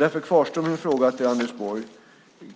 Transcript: Därför kvarstår min fråga till Anders Borg: